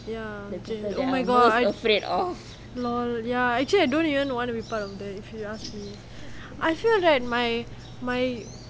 ya oh my god L_O_L ya actually I don't even want to be part of that if you ask me I feel that my my